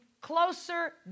closer